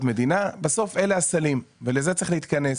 מדינה - בסוף אלה הסלים ולזה צריך להתכנס.